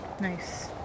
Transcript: Nice